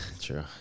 True